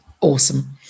awesome